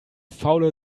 faule